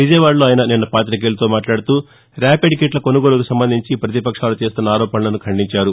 విజయవాడలో ఆయన నిన్న పాతికేయులతో మాట్లాడుతూ ర్యాపిడ్ కిట్ల కొనుగోలుకు సంబంధించి పతిపక్షాలు చేస్తున్న ఆరోపణలను ఖండించారు